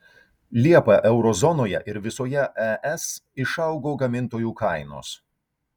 liepą euro zonoje ir visoje es išaugo gamintojų kainos